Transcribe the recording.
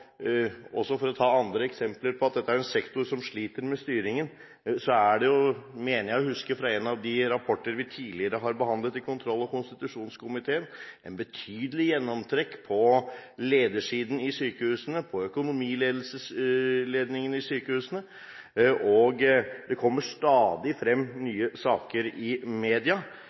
også brukt, så vidt jeg husker, i andre sammenhenger. For å ta andre eksempler på at dette er en sektor som sliter med styringen: Jeg mener å huske fra en av de rapporter vi tidligere har behandlet i kontroll- og konstitusjonskomiteen, at det er en betydelig gjennomtrekk på ledersiden i sykehusene, på økonomiledelsen i sykehusene, og det kommer stadig frem nye saker i media.